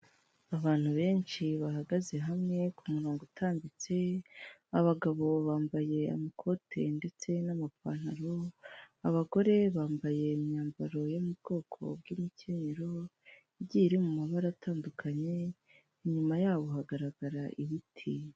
Abantu benshi bahagaze hamwe kumurongo utambitse abagabo bambaye amakoti ndetse n'amapantaro abagore bambaye imyambaro yo mu bwoko bw'imikenyero igiye iri mu mabara atandukanye inyuma yabo hagaragara ibiti.